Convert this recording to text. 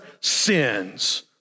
sins